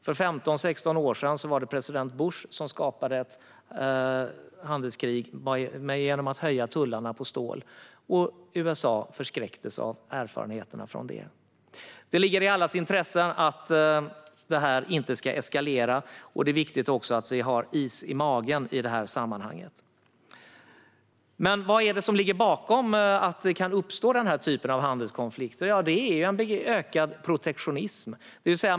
För 15-16 år sedan skapade president Bush ett handelskrig genom att höja tullarna på stål. USA förskräcktes av erfarenheterna av det. Det ligger i allas intresse att detta inte eskalerar. Det är också viktigt att i detta sammanhang ha is i magen. Vad ligger bakom att handelskonflikter av detta slag uppstår? Jo, det är en ökad protektionism.